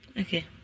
Okay